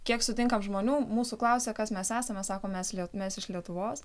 kiek sutinkam žmonių mūsų klausia kas mes esam mes sakom mes lie mes iš lietuvos